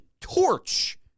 Torch